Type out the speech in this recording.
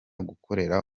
gukorera